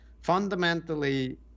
fundamentally